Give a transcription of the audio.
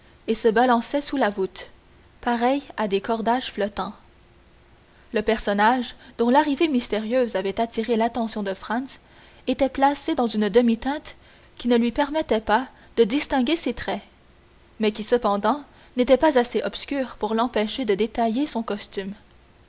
et se balançaient sous la voûte pareils à des cordages flottants le personnage dont l'arrivée mystérieuse avait attiré l'attention de franz était placé dans une demi-teinte qui ne lui permettait pas de distinguer ses traits mais qui cependant n'était pas assez obscure pour l'empêcher de détailler son costume